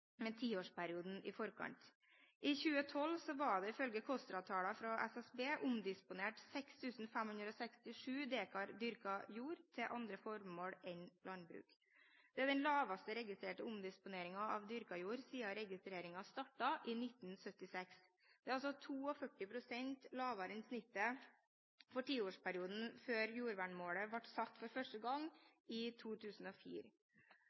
tiårsperioden i forkant. I 2012 var det ifølge KOSTRA-tallene fra SSB omdisponert 6 567 dekar dyrket jord til andre formål enn landbruk. Det er den lavest registrerte omdisponeringen av dyrket jord siden registreringen startet i 1976. Det er altså 42 pst. lavere enn snittet for tiårsperioden før jordvernmålet ble satt for første